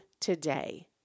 today